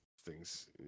thing's